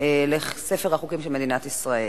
לספר החוקים של מדינת ישראל.